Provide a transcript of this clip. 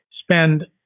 spend